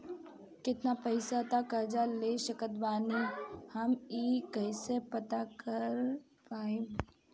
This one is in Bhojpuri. केतना पैसा तक कर्जा ले सकत बानी हम ई कइसे पता कर पाएम?